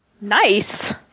Nice